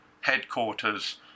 headquarters